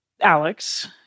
Alex